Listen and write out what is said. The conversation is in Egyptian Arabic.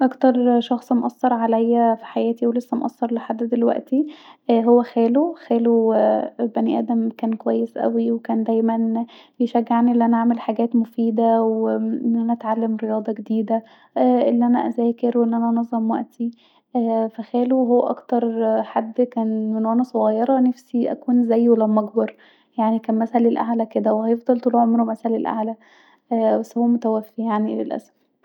اكتر شخص مأثر عليا في حياتي ولسا مأثر لحد دلوقتي هو خالو خالو بني آدم كويس اوي وكان دايما بيشجعني أن انا اعمل حاجات جديدة وان انا اتعلم رياضه جديدة أن انا اسافر وان انا انظم وقتي ف خالو هو اكتر حد من وانا صغيره نفسي ابقي زيه لما اكبر يعني كان مثلي الاعلي كدة وهيفضل طول عمره مثلي الاعلي وهو متوفي يعني للاسف